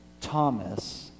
Thomas